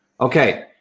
Okay